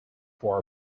for